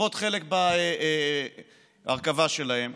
לוקחות חלק בהרכבה שלהם.